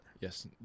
Yes